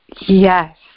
Yes